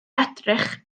edrych